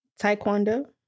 Taekwondo